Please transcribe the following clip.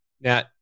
Now